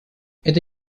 это